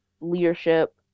leadership